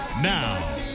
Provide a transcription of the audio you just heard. Now